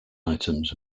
items